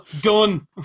Done